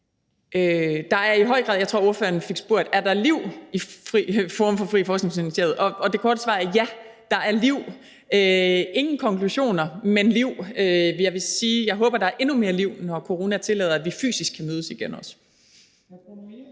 eller andet. Jeg tror, ordføreren fik spurgt, om der er liv i Forum for Forskningsfinansiering, og det korte svar er: Ja, der er liv, ingen konklusioner, men liv. Jeg vil sige, at jeg håber, at der er endnu mere liv, når corona tillader, at vi fysisk kan mødes igen også. Kl. 12:08 Fjerde